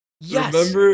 yes